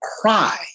cry